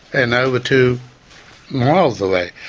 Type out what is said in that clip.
and over to miles away,